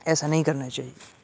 ایسا نہیں کرنا چاہیے